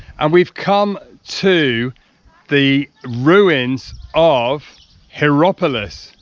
and we've come to the ruins of hierapolis.